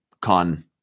con